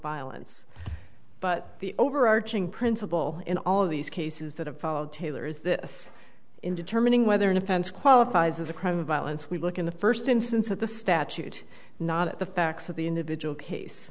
violence but the overarching principle in all of these cases that have followed taylor is this in determining whether an offense qualifies as a crime of violence we look in the first instance at the statute not at the facts of the individual case